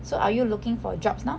so are you looking for jobs now